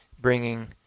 bringing